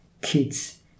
kids